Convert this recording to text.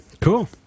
Cool